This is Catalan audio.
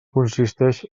consisteix